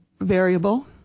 variable